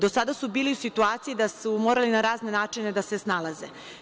Do sada su bili u situaciji da su morali na razne načine da se snalaze.